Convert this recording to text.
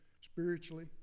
spiritually